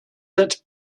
that